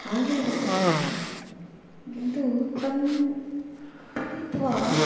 आङ्गीलपुस्तकमेव किन्तु तं पठित्वा